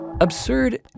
absurd